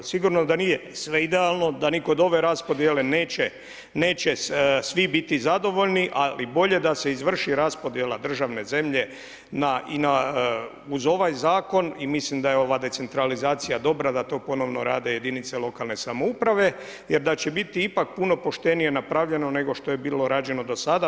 Sigurno da nije sve idealno, da ni kod ove raspodjele neće svi biti zadovoljni, ali bolje da se izvrši raspodjela državne zemlje uz ovaj zakon i mislim da je ova decentralizacija dobra da to ponovno rade jedinice lokalne samouprave jer da će biti ipak puno poštenije napravljeno nego što je bilo rađeno do sada.